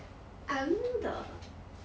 I only know the